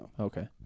Okay